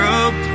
up